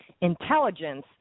intelligence